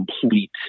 complete